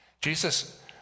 Jesus